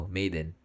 Maiden